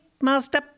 Master